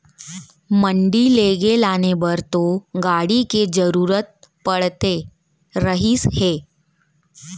मंडी लेगे लाने बर तो गाड़ी के जरुरत पड़ते रहिस हे